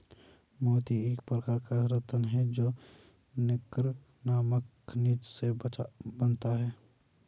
मोती एक प्रकार का रत्न है जो नैक्रे नामक खनिज से बनता है